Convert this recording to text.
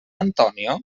antonio